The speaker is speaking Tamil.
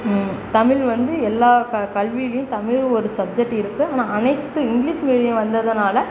தமிழ் வந்து எல்லா கல் கல்வியிலேயும் தமிழ் ஒரு சப்ஜெக்ட் இருக்குது ஆனால் அனைத்து இங்கிலிஸ் மீடியம் வந்ததுனால்